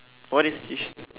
what is yish~